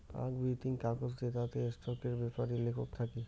আক বিতিং কাগজ জেতাতে স্টকের বেপারি লেখক থাকি